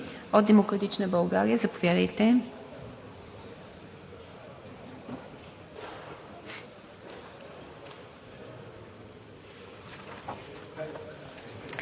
Благодаря Ви. От „Демократична България“ – заповядайте.